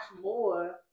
more